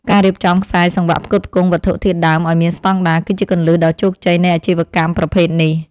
ការរៀបចំខ្សែសង្វាក់ផ្គត់ផ្គង់វត្ថុធាតុដើមឱ្យមានស្តង់ដារ គឺជាគន្លឹះដ៏ជោគជ័យនៃអាជីវកម្មប្រភេទនេះ។